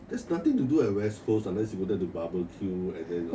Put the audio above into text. there's nothing to do at west coast unless you go there to barbecue